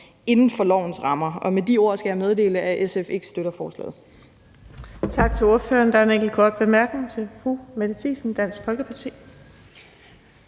inden for lovens rammer. Med de ord skal jeg meddele, at SF ikke støtter forslaget.